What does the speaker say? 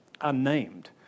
unnamed